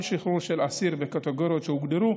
כל שחרור של אסיר בקטגוריות שהוגדרו,